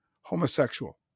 homosexual